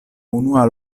unua